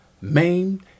maimed